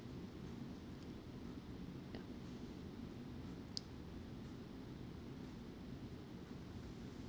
ya